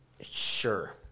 sure